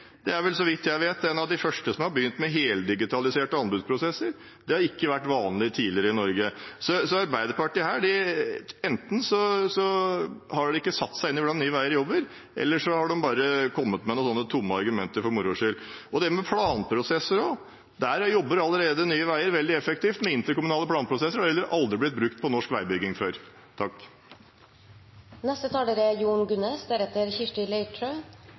er, så vidt jeg vet, en av de første som har begynt med heldigitaliserte anbudsprosesser. Det har ikke vært vanlig tidligere i Norge. Så enten har ikke Arbeiderpartiet satt seg inn i hvordan Nye Veier jobber, eller så kommer de med tomme argumenter for moro skyld. Når det så gjelder planprosesser, jobber allerede Nye Veier veldig effektivt med interkommunale planprosesser, som aldri har vært brukt i norsk veibygging før. Representanten Jon Gunnes har hatt ordet to ganger tidligere og får ordet til en kort merknad, begrenset til 1 minutt. Dette er